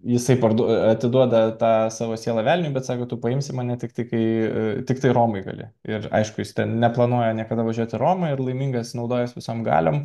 jisai parduoda atiduoda tą savo sielą velniui bet sako tu paimsi mane tiktai kai tiktai romoj gali ir aišku jis ten neplanuoja niekada važiuoti į romą ir laimingas naudojasi visom galiom